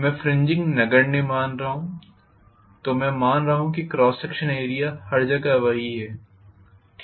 मैं फ्रिजिंग नगण्य मान रहा हूं तो मैं मान रहा हूं कि क्रॉस सेक्शन एरिया हर जगह वही है ठीक है